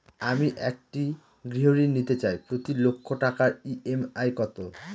আমি একটি গৃহঋণ নিতে চাই প্রতি লক্ষ টাকার ই.এম.আই কত?